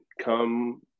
come